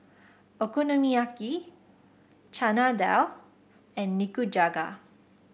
Okonomiyaki Chana Dal and Nikujaga